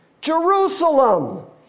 Jerusalem